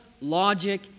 logic